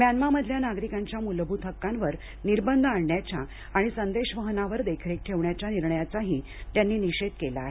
म्यानमामधल्या नागरिकांच्या मुलभूत हक्कांवर निर्बंध आणण्याच्या आणि संदेश वहनावर देखरेख ठेवण्याच्या निर्णयाचाही त्यांनी निषेध केला आहे